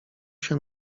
się